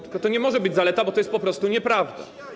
Tylko to nie może być zaleta, bo to jest po prostu nieprawda.